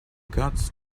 got